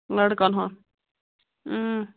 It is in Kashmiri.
لڑکن ہُنٛد